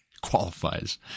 qualifies